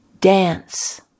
Dance